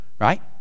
Right